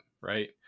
right